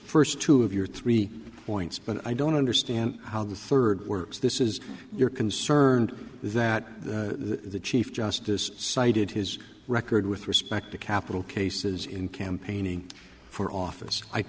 first two of your three points but i don't understand how the third works this is you're concerned that the chief justice cited his record with respect to capital cases in campaigning for office i